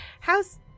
how's